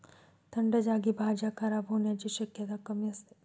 थंड जागी भाज्या खराब होण्याची शक्यता कमी असते